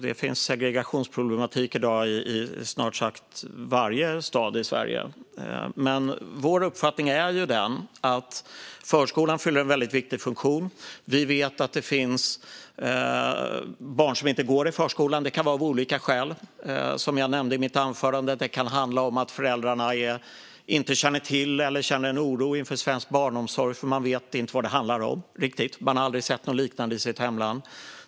Det finns segregationsproblematik i snart sagt varje stad i Sverige i dag. Vår uppfattning är att förskolan fyller en viktig funktion. Vi vet att det finns barn som inte går i förskolan av olika skäl, som jag nämnde i mitt anförande. Det kan handla om att föräldrarna inte känner till eller känner oro inför svensk barnomsorg därför att man inte riktigt vet vad det handlar om och man aldrig har sett något liknande i sitt hemland.